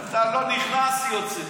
והיום אתה לא נכנס, יוצא,